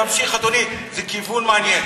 תמשיך, אדוני, זה כיוון מעניין.